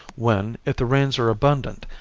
when, if the rains are abundant,